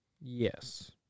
Yes